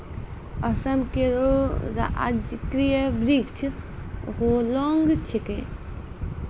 असम केरो राजकीय वृक्ष होलांग छिकै